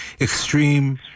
extreme